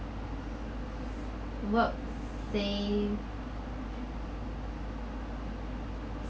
work saved